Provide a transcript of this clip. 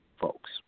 folks